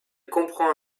comprend